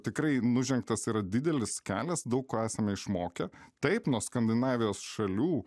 tikrai nužengtas yra didelis kelias daug ko esame išmokę taip nuo skandinavijos šalių